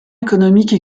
économique